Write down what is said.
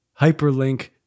hyperlink